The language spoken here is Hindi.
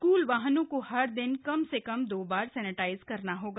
स्कूल वाहनों को हर दिन कम से कम दो बार सैनेटाइज करना होगा